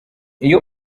iyo